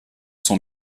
son